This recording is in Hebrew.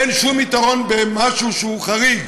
אין שום יתרון במשהו שהוא חריג.